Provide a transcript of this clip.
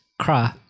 cry